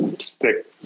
stick